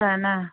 न न